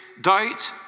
doubt